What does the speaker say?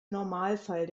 normalfall